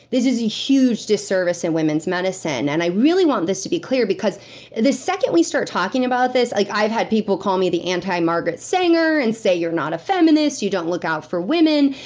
this is a huge disservice in women's medicine, and i really want this to be clear because the second we start talking about this, like i've had people call me the antimargaret sanger, and say you're not a feminist. you don't look out for women.